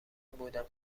بودم